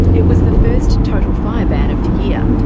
it was the first total fire ban of the year.